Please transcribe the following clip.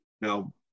now